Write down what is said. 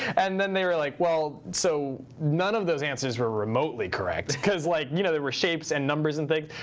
and then they were like, well, so none of those answers were remotely correct. because like you know there were shapes and numbers and things.